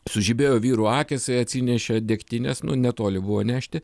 sužibėjo vyrų akys jie atsinešė degtinės netoli buvo nešti